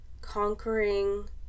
conquering